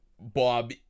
Bob